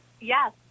Yes